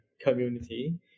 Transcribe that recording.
community